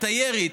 את הירי,